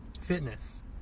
Fitness